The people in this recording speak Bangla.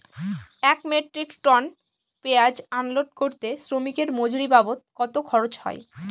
এক মেট্রিক টন পেঁয়াজ আনলোড করতে শ্রমিকের মজুরি বাবদ কত খরচ হয়?